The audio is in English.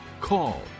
call